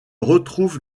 retrouve